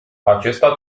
acesta